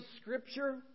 scripture